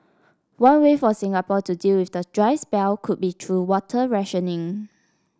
one way for Singapore to deal with the dry spell could be through water rationing